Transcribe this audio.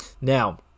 Now